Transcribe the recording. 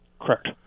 Correct